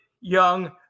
young